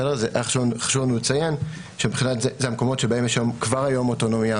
חשוב לנו לציין שאלה המקומות שיש בהם כבר היום אוטונומיה